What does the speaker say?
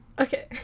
Okay